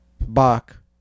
bark